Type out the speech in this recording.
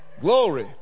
Glory